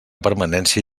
permanència